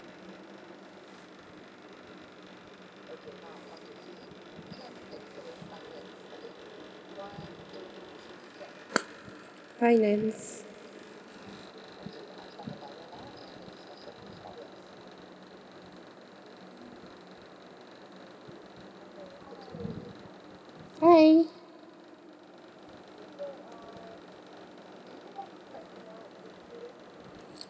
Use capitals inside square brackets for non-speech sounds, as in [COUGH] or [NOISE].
[NOISE] finance hi